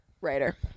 writer